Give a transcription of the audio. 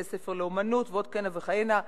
בתי-ספר לאמנות ועוד כהנה וכהנה,